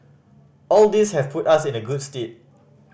all these have put us in the good stead